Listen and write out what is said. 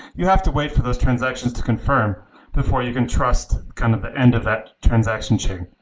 you have to wait for those transactions to confirm before you can trust kind of the end of that transaction chain,